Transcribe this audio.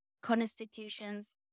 constitutions